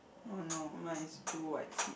oh no mine is two white seat